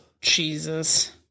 Jesus